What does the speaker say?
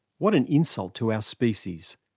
what an insult to our species!